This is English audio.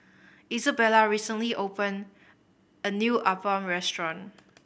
Izabella recently opened a new Appam restaurant